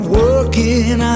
working